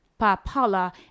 Papala